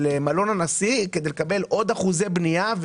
מלון הנשיא כדי לקבל עוד אחוזי בנייה,